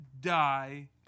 die